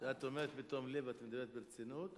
כשאת אומרת "בתום לב", את מדברת ברצינות?